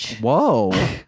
Whoa